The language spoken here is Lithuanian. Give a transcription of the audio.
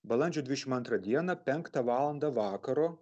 balandžio dvidešim antrą dieną penktą valandą vakaro